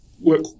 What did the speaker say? work